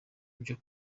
byo